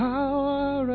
Power